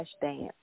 dance